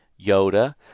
Yoda